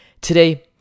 Today